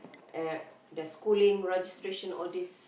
at the schooling registration all this